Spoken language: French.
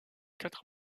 quatre